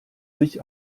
sich